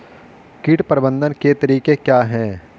कीट प्रबंधन के तरीके क्या हैं?